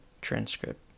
transcript